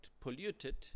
polluted